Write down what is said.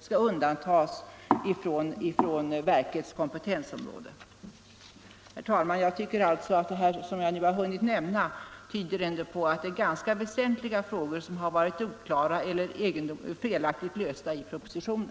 skall undantas från verkets kompetensområde. Herr talman! Det jag här har hunnit nämna tyder ändå på att det är ganska väsentliga frågor som är oklara eller felaktigt lösta i propositionen.